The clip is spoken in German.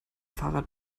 fahrrad